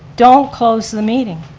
don't close the meeting,